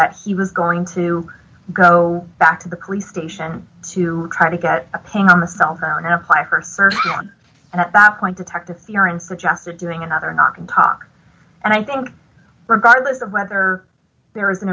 that he was going to go back to the police station to try to get a ping on the cell phone and apply for a search and at that point detective fearon suggested doing another knock on top and i think regardless of whether there is an